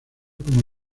como